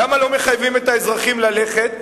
למה לא מחייבים את האזרחים ללכת,